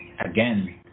Again